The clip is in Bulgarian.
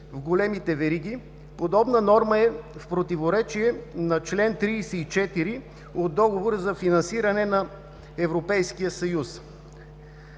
в големите вериги. Подобна норма е в противоречие на чл. 34 от Договора за финансиране на Европейския съюз.“